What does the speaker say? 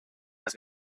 las